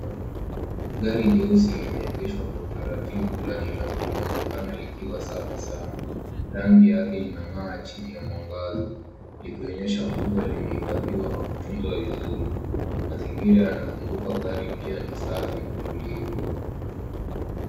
Gari jeusi limegeshwa kwa utaratibu na linaonekana likiwa safi sana. Rangi yake inang'aa chini ya mwangaza likionyesha kuwa limehifadhiwa na kutunzwa vizuri. Mazingira yanazunguka gari pia ni safi na tulivu.